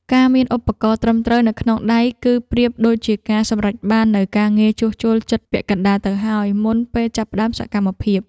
ការមានឧបករណ៍ត្រឹមត្រូវនៅក្នុងដៃ គឺប្រៀបដូចជាការសម្រេចបាននូវការងារជួសជុលជិតពាក់កណ្តាលទៅហើយ មុនពេលចាប់ផ្តើមសកម្មភាព។